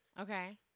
Okay